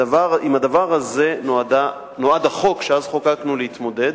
עם הדבר הזה נועד החוק שחוקקנו אז להתמודד.